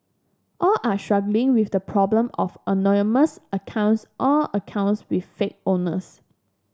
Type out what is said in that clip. all are struggling with the problem of anonymous accounts or accounts with fake owners